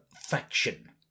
faction